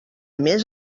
més